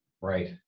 Right